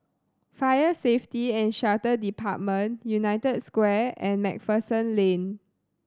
Fire Safety And Shelter Department United Square and Macpherson Lane